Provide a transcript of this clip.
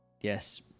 yes